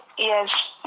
Yes